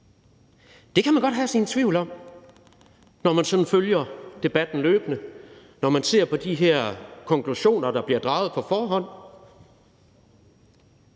Det kan man godt have sin tvivl om, når man sådan følger debatten løbende, når man ser på de her konklusioner, der bliver draget på forhånd,